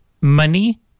money